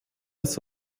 ist